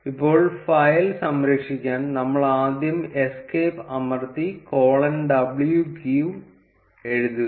ഇപ്പോൾ ഫയൽ സംരക്ഷിക്കാൻ നമ്മൾ ആദ്യം എസ്കേപ്പ് അമർത്തി കോളൻ w q എഴുതുക